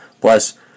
Plus